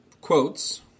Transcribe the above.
quotes